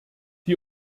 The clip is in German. die